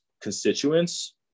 constituents